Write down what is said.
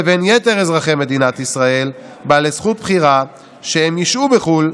לבין יתר אזרחי המדינה בעלי זכות הבחירה שאם ישהו בחו"ל,